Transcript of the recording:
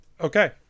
Okay